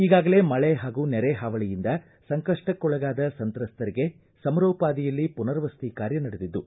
ಈಗಾಗಲೇ ಮಳೆ ಹಾಗೂ ನೆರೆ ಹಾವಳಿಯಿಂದ ಸಂಕಷ್ಟಕ್ಕೂಳಗಾದ ಸಂತ್ರಸ್ತರಿಗೆ ಸಮರೋಪಾದಿಯಲ್ಲಿ ಪುನರ್ವಸತಿ ಕಾರ್ಯ ನಡೆದಿದ್ದು